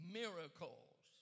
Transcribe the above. miracles